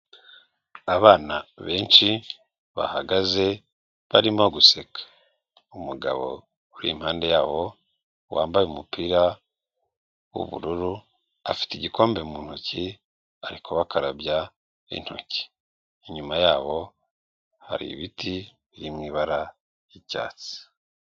Abana benshi bahagaze barimo guseka, umugabo uri impande yawo wambaye umupira w'ubururu afite igikombe mu ntoki ari bakarabya intoki, inyuma yabo hari ibiti biri mu ibara ry'icyatsi.